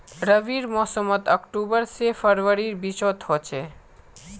रविर मोसम अक्टूबर से फरवरीर बिचोत होचे